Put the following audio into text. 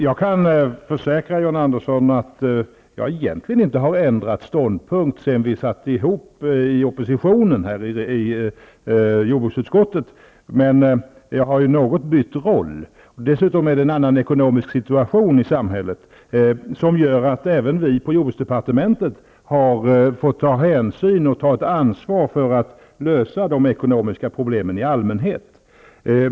Jag kan försäkra John Andersson att jag egentligen inte har ändrat ståndpunkt sedan vi satt tillsammans i oppositionen i jordbruksutskottet. Men jag har något bytt roll. Dessutom är det en annan ekonomisk situation i samhället, som gör att även vi på jordbruksdepartementet har fått ta hänsyn och ta ett ansvar för att lösa de ekonomiska problemen i allmänhet.